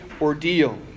ordeal